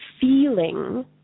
feeling